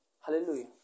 Hallelujah